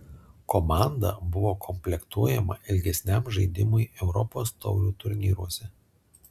komanda buvo komplektuojama ilgesniam žaidimui europos taurių turnyruose